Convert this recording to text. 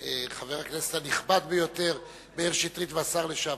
חבר הכנסת הנכבד ביותר מאיר שטרית והשר לשעבר,